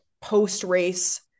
post-race